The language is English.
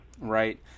Right